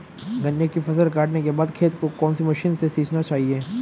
गन्ने की फसल काटने के बाद खेत को कौन सी मशीन से सींचना चाहिये?